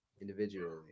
individually